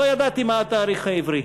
לא ידעתי מה התאריך העברי.